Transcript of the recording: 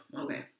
Okay